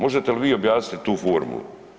Možete li vi objasniti tu formu?